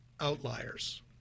Outliers